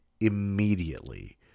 immediately